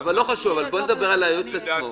אבל לא חשוב, בואו נדבר על היועץ עצמו.